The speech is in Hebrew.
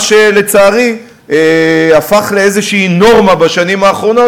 מה שלצערי הפך לאיזושהי נורמה בשנים האחרונות,